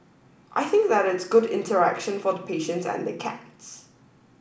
I think that it's good interaction for the patients and the cats